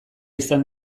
izan